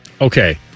Okay